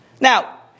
Now